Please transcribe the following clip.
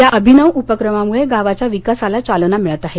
या अभिनव उपक्रमामुळे गावाच्या विकासाला चालना मिळत आहे